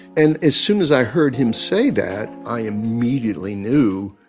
and as soon as i heard him say that, i immediately knew